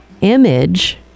image